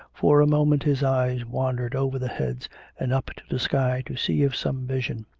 for a moment his eyes wandered over the heads and up to the sky, to see if some vision.